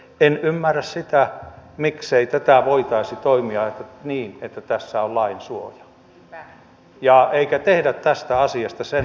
en ymmärrä miksei tässä voitaisi toimia niin että tässä on lain suoja eikä tehdä tästä asiasta se